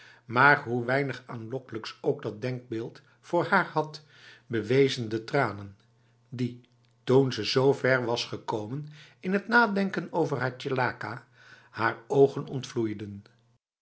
maar hoe weinig aanlokkelijks ook dat denkbeeld voor haar had bewezen de tranen die toen ze zo verwas gekomen in het nadenken over haar tjelaka haar ogen ontvloeiden